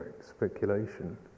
speculation